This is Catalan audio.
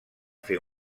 fer